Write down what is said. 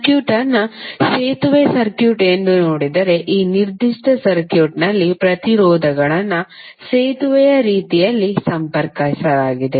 circuit ಅನ್ನು ಸೇತುವೆ circuit ಎಂದು ನೋಡಿದರೆ ಈ ನಿರ್ದಿಷ್ಟ ಸರ್ಕ್ಯೂಟ್ನಲ್ಲಿ ಪ್ರತಿರೋಧಗಳನ್ನು ಸೇತುವೆಯ ರೀತಿಯಲ್ಲಿ ಸಂಪರ್ಕಿಸಲಾಗಿದೆ